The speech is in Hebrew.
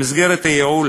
במסגרת הייעול,